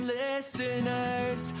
listeners